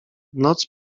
noc